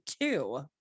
two